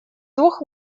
двух